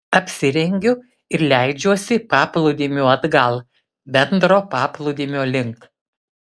apsirengiu ir leidžiuosi paplūdimiu atgal bendro paplūdimio link